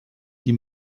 die